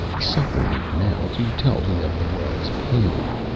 suffer me now to tell thee of the world's pain,